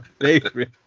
favorite